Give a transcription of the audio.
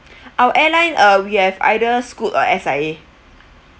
our airline uh we have either scoot or S_I_A